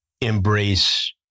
embrace